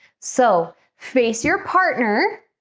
so face your partner